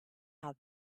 how